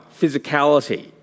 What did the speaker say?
physicality